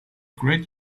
great